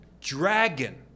dragon